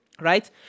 right